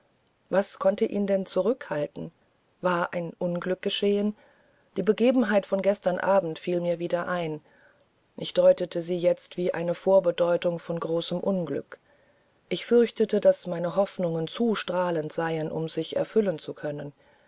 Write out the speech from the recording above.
was konnte ihn denn zurückhalten war ein unglück geschehen die begebenheit von gestern abend fiel mir wieder ein ich deutete sie jetzt wie eine vorbedeutung von großem unglück ich fürchtete daß meine hoffnungen zu strahlend seien um sich erfüllen zu können